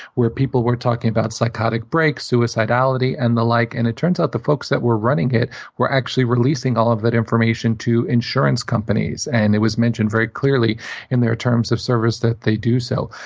where people were talking about psychotic breaks, suicidality, and the like. and it turns out the folks that were running it were actually releasing all of that information to insurance companies. and it was mentioned very clearly in their terms of service that they do so.